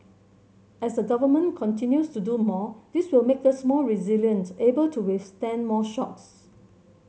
as the Government continues to do more this will make us more resilient able to withstand more shocks